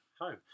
home